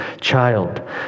child